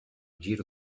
giro